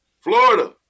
Florida